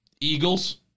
Eagles